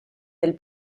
del